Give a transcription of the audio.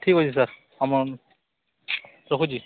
ଠିକ୍ ଅଛି ସାର୍ ରଖୁଛି